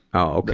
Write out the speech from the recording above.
oh, okay.